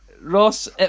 Ross